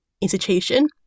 institution